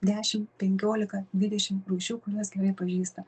dešimt penkiolika dvidešimt rūšių kuriuos gerai pažįsta